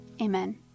Amen